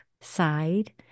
side